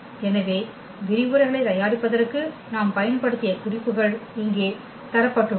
எனவே விரிவுரைகளைத் தயாரிப்பதற்கு நாம் பயன்படுத்திய குறிப்புகள் இங்கே தரப்பட்டுள்ளன